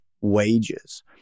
wages